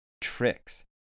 tricks